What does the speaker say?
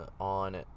on